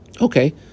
Okay